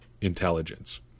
intelligence